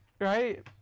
Right